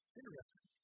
interesting